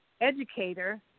educator